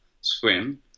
swim